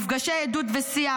במפגשי עדות ושיח,